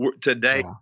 today